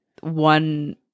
one